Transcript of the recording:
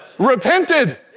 repented